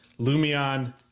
Lumion